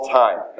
time